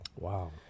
Wow